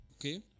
Okay